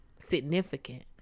significant